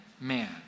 man